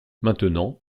maintenant